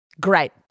great